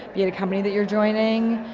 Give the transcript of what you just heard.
be it a company that you're joining.